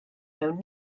mewn